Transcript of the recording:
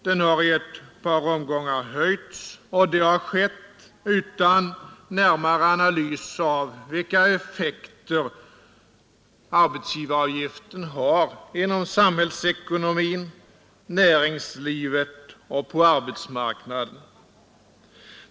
Den har i ett par omgångar höjts, och det har skett utan närmare analys av vilka effekter arbetsgivaravgiften har inom samhällsekonomin, inom näringslivet och på arbetsmarknaden.